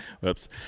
Whoops